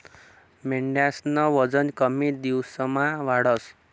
मेंढ्यास्नं वजन कमी दिवसमा वाढस